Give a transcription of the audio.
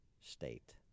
state